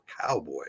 Cowboy